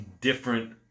different